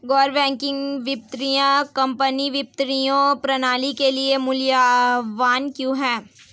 गैर बैंकिंग वित्तीय कंपनियाँ वित्तीय प्रणाली के लिए मूल्यवान क्यों हैं?